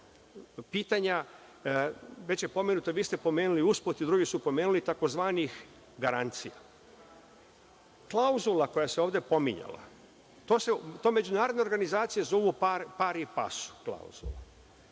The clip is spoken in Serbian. pitanja, već je pomenuto, vi ste pomenuli usput i drugi su pomenuli, tzv. garancija. Klauzula koja se ovde pominjala to međunarodne organizacije zovu „pari pasu klauzula“,